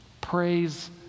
Praise